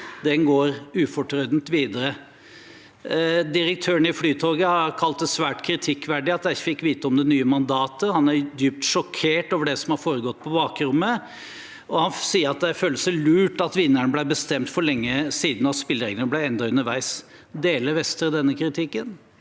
går ufortrødent videre. Direktøren i Flytoget har kalt det svært kritikkverdig at de ikke fikk vite om det nye mandatet. Han er dypt sjokkert over det som har foregått på bakrommet. Han sier at de føler seg lurt av at vinneren ble bestemt for lenge siden, og at spillereglene ble endret underveis. Deler statsråd Vestre denne kritikken?